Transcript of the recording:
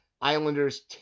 Islanders